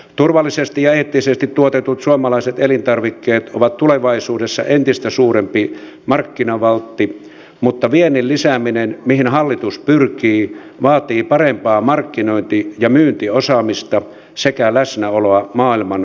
turvallisesti ja eettisesti tuotetut suomalaiset elintarvikkeet ovat tulevaisuudessa entistä suurempi markkinavaltti mutta viennin lisääminen mihin hallitus pyrkii vaatii parempaa markkinointi ja myyntiosaamista sekä läsnäoloa maailman markkinapaikoilla